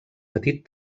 petit